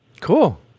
Cool